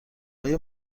آیا